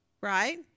right